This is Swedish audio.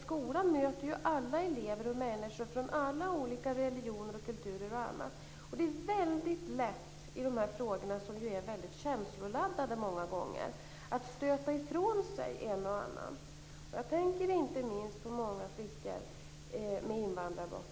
Skolan möter ju elever och människor från alla olika religioner och kulturer. I de här frågorna, som ju många gånger är väldigt känsloladdade, är det mycket lätt att stöta ifrån sig en och annan. Jag tänker inte minst på många flickor med invandrarbakgrund.